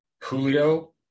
Julio